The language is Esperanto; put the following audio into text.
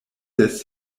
ses